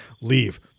leave